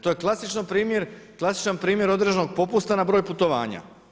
To je klasičan primjer određenog popusta na broj putovanja.